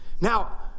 now